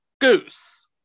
Goose